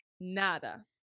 Nada